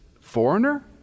foreigner